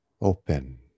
open